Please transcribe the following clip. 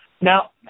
Now